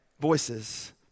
voices